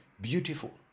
beautiful